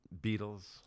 Beatles